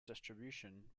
distribution